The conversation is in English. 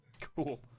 Cool